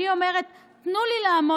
אני אומרת: תנו לי לעמוד